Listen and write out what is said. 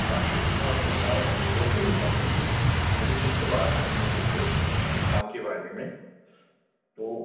हाँ कृष्णा मैं तुम्हारा मैनेजर बोल रहा हूँ मुझे तुमसे बात करनी थी कुछ काम के बारे में तो